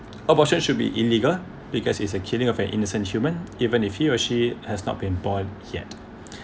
abortion should be illegal because is a killing of an innocent human even if he or she has not been born yet